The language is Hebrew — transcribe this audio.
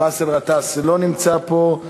באסל גטאס, לא נמצא פה.